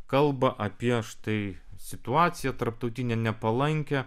kalba apie štai situaciją tarptautinę nepalankią